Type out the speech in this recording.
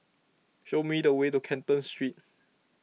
show me the way to Canton Street